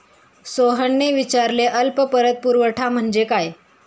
सोहनने विचारले अल्प पतपुरवठा म्हणजे काय?